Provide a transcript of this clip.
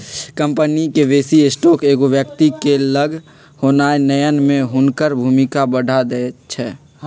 company के बेशी stock एगो व्यक्ति के लग होनाइ नयन में हुनकर भूमिका बढ़ा देइ छै